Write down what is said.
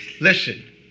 Listen